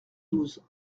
douze